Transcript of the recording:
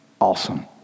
awesome